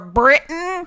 britain